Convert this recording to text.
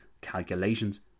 calculations